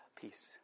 peace